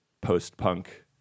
post-punk